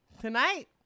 tonight